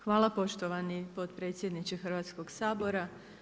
Hvala poštovani potpredsjedniče Hrvatskog sabora.